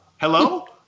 Hello